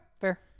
fair